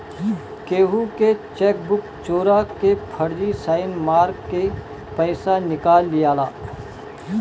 केहू के चेकबुक चोरा के फर्जी साइन मार के पईसा निकाल लियाला